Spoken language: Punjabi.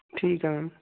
ਠੀਕ ਹੈ ਮੈਮ